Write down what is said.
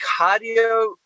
cardio